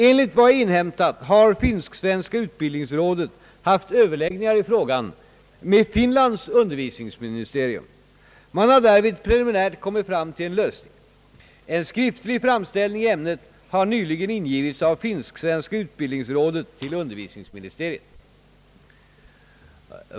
Enligt vad jag inhämtat har finsk-svenska utbildningsrådet haft överläggningar i frågan med Finlands undervisningsministerium. Man har därvid preliminärt kommit fram till en lösning. En skriftlig framställning i ämnet har nyligen ingivits av finsk-svenska utbildningsrådet till undervisningsministeriet.